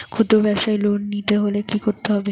খুদ্রব্যাবসায় লোন নিতে হলে কি করতে হবে?